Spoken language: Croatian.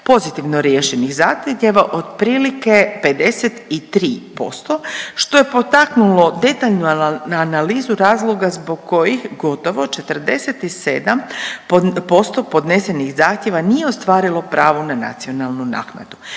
pozitivno riješenih .../nerazumljivo/... otprilike 53%, što je potaknulo detaljnu analizu razloga zbog kojih gotovo 47% podnesenih zahtjeva nije ostvarilo pravo na nacionalnu naknadu.